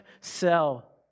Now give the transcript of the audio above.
cell